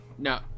No